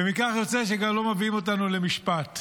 ומכך יוצא שגם לא מביאים אותנו למשפט.